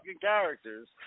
characters